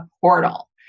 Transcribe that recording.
portal